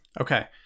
okay